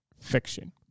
fiction